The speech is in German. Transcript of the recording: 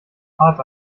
hart